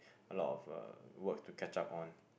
a lot of uh work to catch up on